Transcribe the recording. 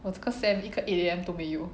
我这个 sem 一个 eight A_M 都没有